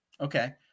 Okay